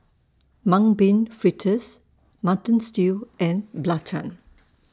Mung Bean Fritters Mutton Stew and Belacan